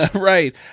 Right